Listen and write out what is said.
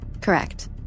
Correct